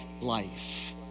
life